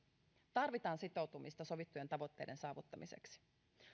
tarvitaan sitoutumista sovittujen tavoitteiden saavuttamiseksi